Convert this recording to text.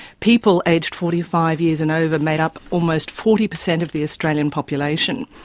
people aged forty five years and over made up almost forty percent of the australian population,